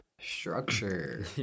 structure